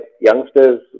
youngsters